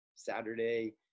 Saturday